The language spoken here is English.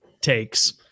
takes